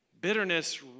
Bitterness